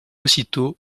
aussitôt